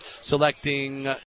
selecting